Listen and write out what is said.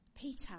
Peter